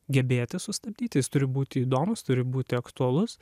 gebėti sustabdyti jis turi būti įdomūs turi būti aktualus